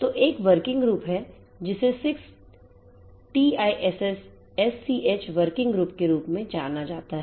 तो एक working group है जिसे 6TiSCH वर्किंग ग्रुप के रूप में जाना जाता है